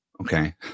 Okay